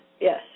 Yes